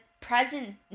present